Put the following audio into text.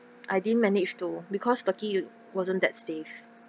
I didn't manage to because turkey it wasn't that safe